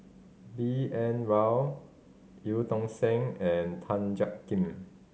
B N Rao Eu Tong Sen and Tan Jiak Kim